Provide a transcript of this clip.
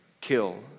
kill